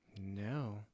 No